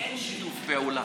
אין שיתוף פעולה.